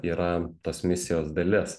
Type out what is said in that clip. yra tos misijos dalis